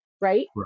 Right